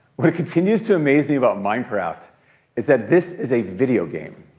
what continues to amaze me about minecraft is that this is a video game